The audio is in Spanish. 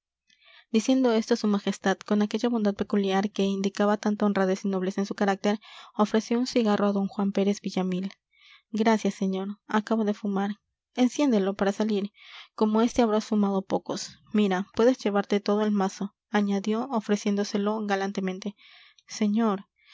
diciendo esto su majestad con aquella bondad peculiar que indicaba tanta honradez y nobleza en su carácter ofreció un cigarro a d juan pérez villamil gracias señor acabo de fumar enciéndelo para salir como este habrás fumado pocos mira puedes llevarte todo el mazo añadió ofreciéndoselo galantemente señor